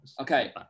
Okay